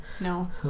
No